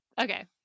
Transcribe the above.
Okay